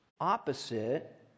opposite